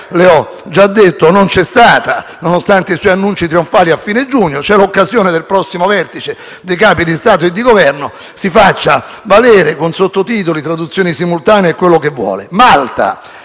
le ho già detto, non c'è stata, nonostante i suoi annunci trionfali a fine giugno. C'è l'occasione del prossimo vertice dei Capi di Stato e di Governo; si faccia valere con sottotitoli, traduzioni simultanee e quello che vuole.